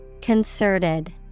Concerted